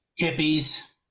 hippies